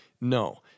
No